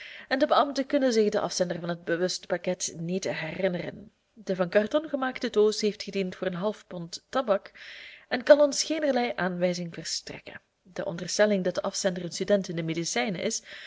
en de beambten kunnen zich den afzender van het bewuste pakket niet herinneren de van karton gemaakte doos heeft gediend voor een half pond tabak en kan ons geenerlei aanwijzing verstrekken de onderstelling dat de afzender een student in de medicijnen is